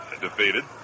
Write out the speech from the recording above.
defeated